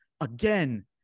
again